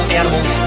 animals